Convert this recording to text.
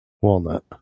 walnut